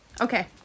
okay